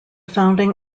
founding